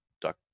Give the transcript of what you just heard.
duck